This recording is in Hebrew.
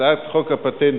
הצעת חוק הפטנטים